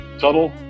Tuttle